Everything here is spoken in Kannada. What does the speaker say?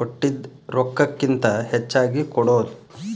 ಕೊಟ್ಟಿದ್ ರೊಕ್ಕಕ್ಕಿಂತ ಹೆಚ್ಚಿಗಿ ಕೊಡೋದ್